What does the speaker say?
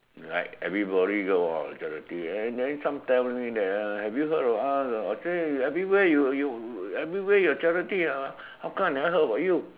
right everybody go for charity and then some family that one have you heard of us uh say everywhere everywhere your charity ah how come I never heard about you